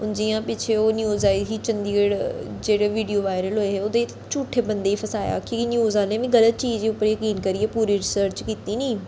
हून जियां पिच्छें ओह् न्यूज आई ही चंडीगढ़ जेहड़े वीडियो वारयल होऐ हे ओह्दे च झुठे बंदे फसाया कि न्यूज आह्ले बी गलत चीज उप्पर जकीन करियै पूरी रिसर्च कीती नी